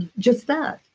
just that.